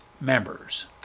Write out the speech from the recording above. members